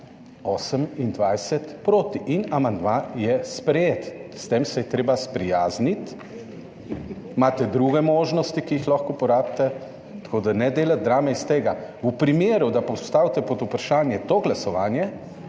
28 proti, in amandma je sprejet. S tem se je treba sprijazniti. Imate druge možnosti, ki jih lahko uporabite, tako da ne delati drame iz tega. V primeru, da postavite pod vprašaj to glasovanje,